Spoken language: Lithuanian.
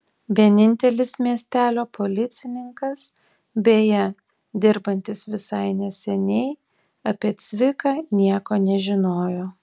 vienintelis miestelio policininkas beje dirbantis visai neseniai apie cviką nieko nežinojo